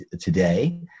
today